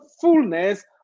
fullness